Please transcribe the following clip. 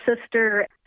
sister